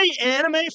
Anime